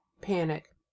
panic